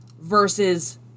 versus